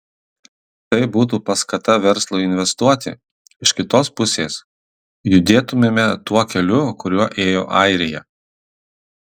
tai būtų paskata verslui investuoti iš kitos pusės judėtumėme tuo keliu kuriuo ėjo airija